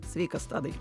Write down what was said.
sveikas tadai